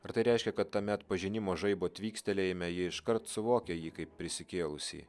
ar tai reiškia kad tame atpažinimo žaibo tvykstelėjime ji iškart suvokia jį kaip prisikėlusį